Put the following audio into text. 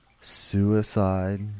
suicide